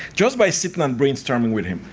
just by sitting and brainstorming with him.